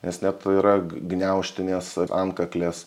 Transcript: nes net yra gniaužtnės antkaklės